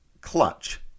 clutch